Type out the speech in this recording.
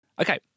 Okay